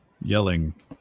yelling